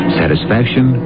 satisfaction